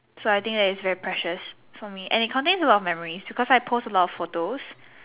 so I think it that is is very precious for me and it contains a lot of memories because I post a lot of photos